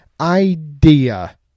idea